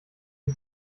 die